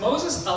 Moses